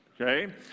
okay